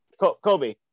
Kobe